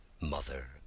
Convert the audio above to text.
mother